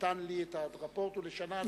שנתן לי את הרפורט, היא לשנה לפחות.